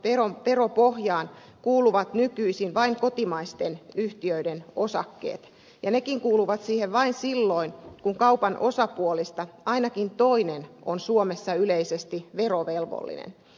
tähän varainsiirtoveropohjaan kuuluvat nykyisin vain kotimaisten yhtiöiden osakkeet ja nekin kuuluvat siihen vain silloin kun kaupan osapuolista ainakin toinen on suomessa yleisesti verovelvollinen